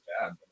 bad